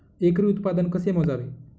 एकरी उत्पादन कसे मोजावे?